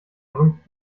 rümpft